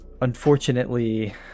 unfortunately